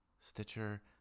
Stitcher